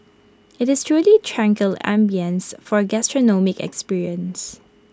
IT is truly tranquil ambience for gastronomic experience